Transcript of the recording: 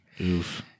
Oof